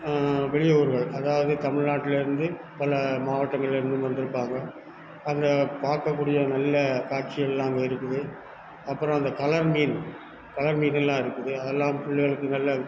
வெளியூர்கள் அதாவது தமிழ்நாட்லருந்து பல மாவட்டங்கள்லேருந்தும் வந்திருப்பாங்க அங்கே பார்க்கக்கூடிய நல்ல காட்சியெல்லாம் அங்கே இருக்குது அப்புறம் அந்த கலர் மீன் கலர் மீனெல்லாம் இருக்குது அதெல்லாம் புள்ளைகளுக்கு நல்ல